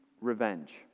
revenge